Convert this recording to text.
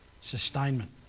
Sustainment